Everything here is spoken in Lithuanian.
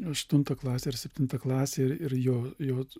aštuntą klasę ir septintą klasę ir jo jo